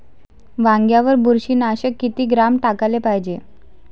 वांग्यावर बुरशी नाशक किती ग्राम टाकाले पायजे?